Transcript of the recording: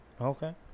Okay